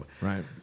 Right